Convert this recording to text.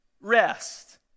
rest